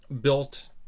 built